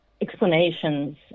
explanations